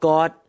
God